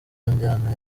njyana